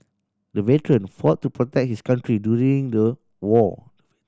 the veteran fought to protect his country during the war